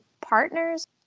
partners